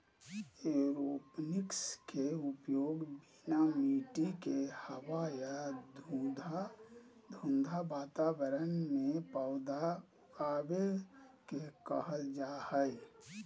aeroponics के उपयोग बिना मिट्टी के हवा या धुंध वातावरण में पौधा उगाबे के कहल जा हइ